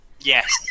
yes